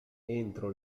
entro